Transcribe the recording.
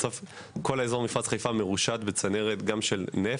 כל אזור מפרץ חיפה מרושת גם בצנרת של נפט,